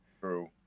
True